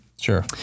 Sure